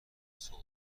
سوق